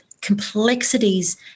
complexities